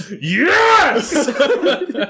Yes